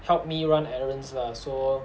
helped me run errands lah so